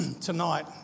tonight